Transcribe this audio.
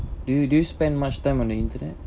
do you do you spend much time on the internet